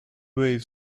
wave